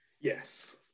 Yes